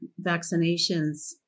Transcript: vaccinations